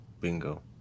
bingo